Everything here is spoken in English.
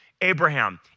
Abraham